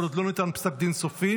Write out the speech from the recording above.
כל עוד לא ניתן פסק דין סופי,